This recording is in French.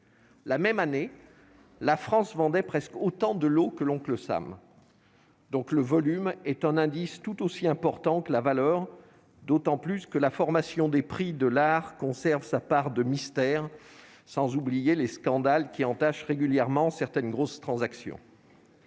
La même année, la France vendait presque autant de lots que l'Oncle Sam. Le volume est un indice tout aussi important que la valeur, d'autant que la formation des prix de l'art conserve sa part de mystère. Et je ne parlerai pas des scandales qui entachent régulièrement certaines grosses transactions